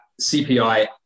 CPI